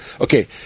okay